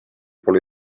pole